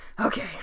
okay